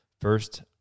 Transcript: first